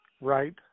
Right